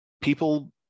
people